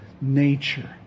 nature